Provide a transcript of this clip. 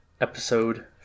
episode